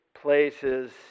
places